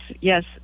yes